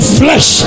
flesh